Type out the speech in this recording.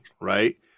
right